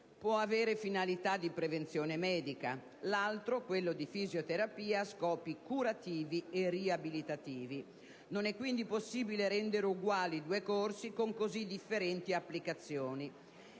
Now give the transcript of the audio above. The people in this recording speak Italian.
può avere finalità di prevenzione medica; l'altro - quello di fisioterapia - ha scopi curativi e riabilitativi. Non è quindi possibile rendere uguali due corsi con così differenti applicazioni.